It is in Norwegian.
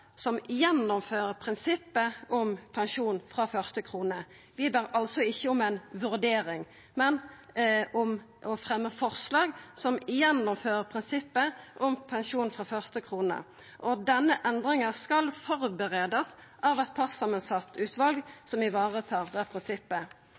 som gjennomfører prinsippet om pensjon frå første krone. Vi ber altså ikkje om ei vurdering, men om å fremja forslag som gjennomfører prinsippet om pensjon frå første krone. Denne endringa skal førebuast av eit partssamansett utval